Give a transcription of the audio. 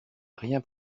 rien